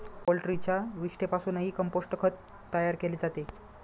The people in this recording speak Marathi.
पोल्ट्रीच्या विष्ठेपासूनही कंपोस्ट खत तयार केले जाते